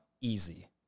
easy